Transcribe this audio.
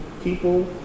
People